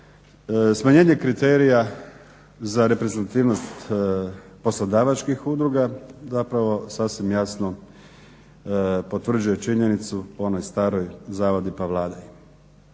smanjenje kriterija za reprezentativnost poslodavačkih udruga zapravo sasvim jasno potvrđuje činjenicu po onoj staroj „zavadi pa vladaj“.